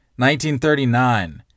1939